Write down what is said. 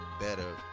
better